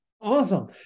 Awesome